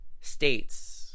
states